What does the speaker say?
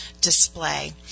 display